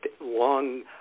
long